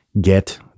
get